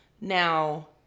Now